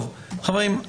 חברים,